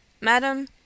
madam